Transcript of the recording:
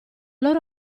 loro